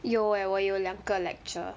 有 eh 我有两个 lecture